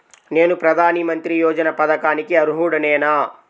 నేను ప్రధాని మంత్రి యోజన పథకానికి అర్హుడ నేన?